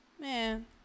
Man